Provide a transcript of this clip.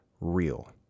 real